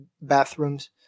bathrooms